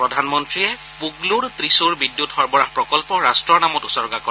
প্ৰধানমন্ত্ৰীয়ে পুগলুৰ ত্ৰিশূৰ বিদ্যুৎ সৰবৰাহ প্ৰকল্প ৰাষ্ট্ৰৰ নামত উচৰ্গা কৰে